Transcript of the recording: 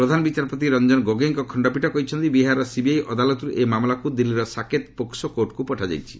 ପ୍ରଧାନ ବିଚାରପତି ରଞ୍ଜନ ଗୋଗୋଇଙ୍କ ଖଣ୍ଡପୀଠ କହିଛନ୍ତି ବିହାରର ସିବିଆଇ ଅଦାଲତରୁ ଏ ମାମଲାକୁ ଦିଲ୍ଲୀର ସାକେତ୍ର ପୋକ୍ସୋ କୋର୍ଟକୁ ପଠାଯାଇଛି